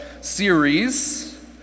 series